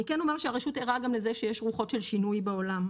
אני כן אומר שהרשות ערה גם לזה שיש רוחות של שינוי בעולם,